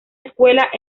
escuelas